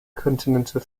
continental